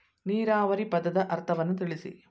ನೀರಾವರಿ ಪದದ ಅರ್ಥವನ್ನು ತಿಳಿಸಿ?